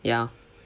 ya